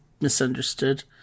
misunderstood